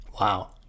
wow